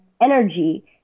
energy